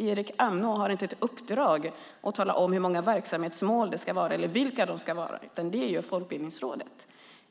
Erik Amnå har inte i uppdrag att tala om hur många verksamhetsmål det ska vara eller vilka de ska vara, utan det gör Folkbildningsrådet.